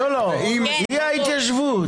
לא, היא ההתיישבות.